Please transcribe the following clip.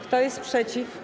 Kto jest przeciw?